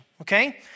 Okay